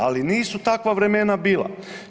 Ali nisu takva vremena bila.